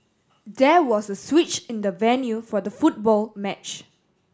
there was a switch in the venue for the football match